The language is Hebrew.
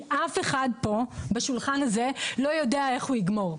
אף אחד בשולחן הזה לא יודע איך הוא יגמור,